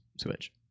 Switch